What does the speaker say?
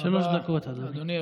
שלוש דקות, אדוני.